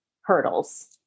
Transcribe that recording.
hurdles